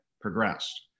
progressed